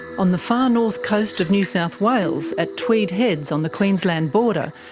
on the far north coast of new south wales, at tweed heads on the queensland border,